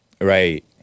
Right